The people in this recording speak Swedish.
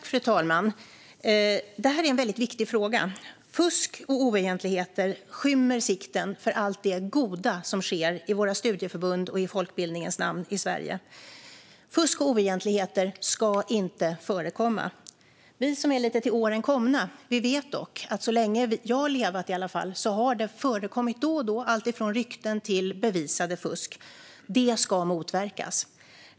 Fru talman! Detta är en väldigt viktig fråga. Fusk och oegentligheter skymmer sikten för allt det goda som sker i våra studieförbund och i folkbildningens namn i Sverige. Fusk och oegentligheter ska inte förekomma. Vi som är lite till åren komna vet dock att det, i alla fall så länge jag har levt, då och då har förekommit allt från rykten till bevisade fusk. Det ska motverkas.